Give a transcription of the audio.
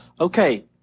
Okay